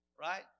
right